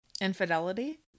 Infidelity